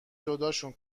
جداشون